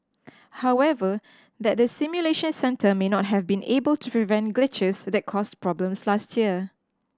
however that the simulation centre may not have been able to prevent glitches that caused problems last year